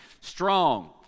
strong